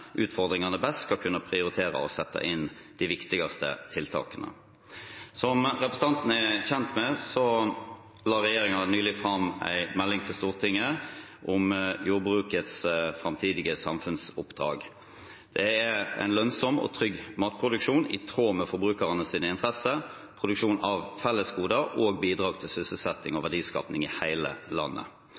utfordringene best, skal kunne prioritere og sette inn de viktigste tiltakene. Som representanten Botten er kjent med, la regjeringen nylig fram en melding til Stortinget om jordbrukets framtidige samfunnsoppdrag. Det er en lønnsom og trygg matproduksjon i tråd med forbrukernes interesser, produksjon av fellesgoder og bidrag til sysselsetting og verdiskaping i hele landet.